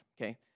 okay